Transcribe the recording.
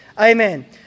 Amen